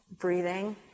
Breathing